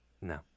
No